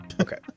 Okay